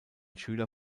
schüler